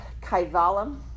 kaivalam